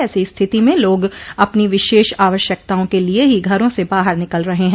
ऐसी स्थिति में लोग अपनी विशेष आवश्यकताओं के लिए ही घरों से बाहर निकल रहे हैं